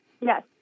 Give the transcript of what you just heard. Yes